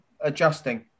adjusting